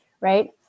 right